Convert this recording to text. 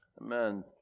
amen